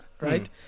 right